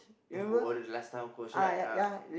the last time our coach right ah mm